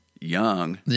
young